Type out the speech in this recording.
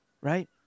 Right